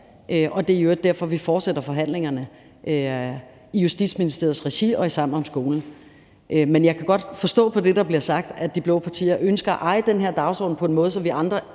og det er i øvrigt derfor, vi fortsætter forhandlingerne i Justitsministeriets regi og i Sammen om skolen , men jeg kan godt forstå på det, der bliver sagt, at de blå partier ønsker at eje den her dagsorden på en måde, så vi andre